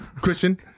Christian